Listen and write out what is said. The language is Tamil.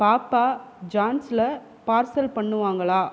பாப்பா ஜோன்ஸில் பார்சல் பண்ணுவாங்களா